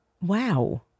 wow